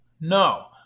No